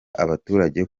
abaturage